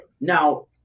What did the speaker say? Now